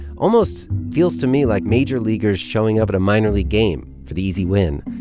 almost feels to me like major leaguers showing up at a minor league game for the easy win.